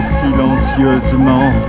silencieusement